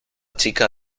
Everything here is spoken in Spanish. chica